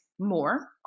more